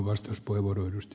arvoisa puhemies